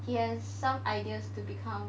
he has some ideas to become